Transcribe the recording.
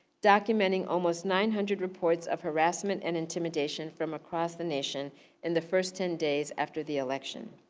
documenting almost nine hundred reports of harassment and intimidation from across the nation in the first ten days after the election.